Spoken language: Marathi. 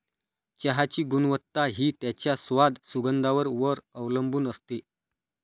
चहाची गुणवत्ता हि त्याच्या स्वाद, सुगंधावर वर अवलंबुन असते